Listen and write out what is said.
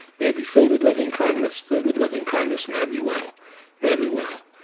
may i be filled with loving kindness, filled with loving kindness, may i be well may i be well.